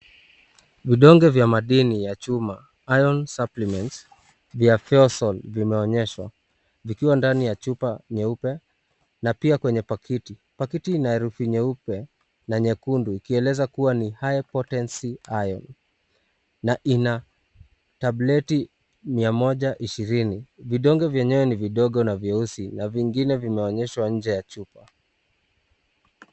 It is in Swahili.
Vidonge vya madini ya chuma, Iron Supplements vya Feosol vimeonyeshwa, vikiwa ndani ya chupa nyeupe na pia kwenye pakiti. Pakiti ina herufi nyeupe na nyekundu ikieleza kuwa ni High Potency Iron na ina tableti mia moja ishirini. Vidonge vyenyewe ni vidogo na vyeusi na vingine vimeonyeshwa nje ya chupa.